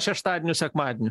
šeštadienių sekmadienių